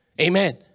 Amen